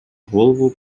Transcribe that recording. голову